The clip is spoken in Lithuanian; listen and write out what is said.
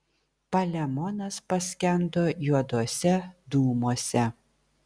palemonas paskendo juoduose dūmuose